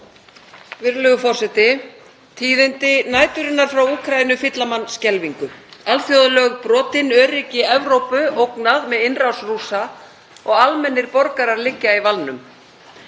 Virðulegur forseti. Tíðindi næturinnar frá Úkraínu fylla mann skelfingu. Alþjóðalög brotin, öryggi Evrópu ógnað með innrás Rússa og almennir borgarar liggja í valnum.